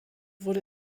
wurde